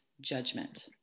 judgment